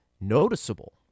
noticeable